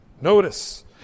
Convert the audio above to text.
Notice